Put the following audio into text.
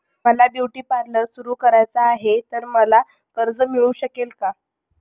मला beauty parlour सुरू करायचे आहे तर मला कर्ज मिळू शकेल का?